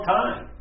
time